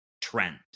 trend